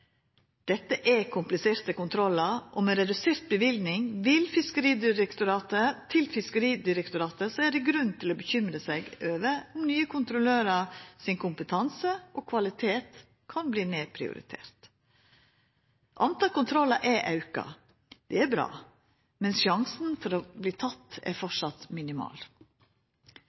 Dette er kompliserte kontrollar, og med redusert løyving til Fiskeridirektoratet er det grunn til å bekymra seg over kompetansen til nye kontrollørar og over at kvaliteten kan verta nedprioritert. Talet på kontrollar er auka – det er bra – men sjansen for å verta teken er framleis minimal.